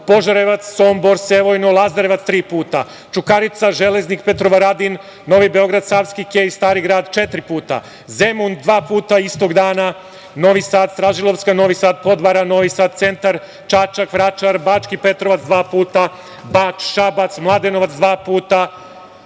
Požarevac, Sombor, Sevojno, Lazarevac tri puta, Čukarica, Železnik, Petrovaradin, Novi Beograd, Savski kej, Stari grad četiri puta, Zemun dva puta istog dana, Novi Sad Stražilovska, Novi Sad Podvara, Novi Sad centar, Čačak, Vračar, Bački Petrovac dva puta, Bač, Šabac, Mladenovac dva puta,